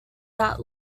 that